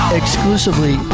exclusively